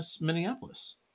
Minneapolis